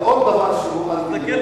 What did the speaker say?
ועוד דבר שהוא אנטי-דמוקרטי,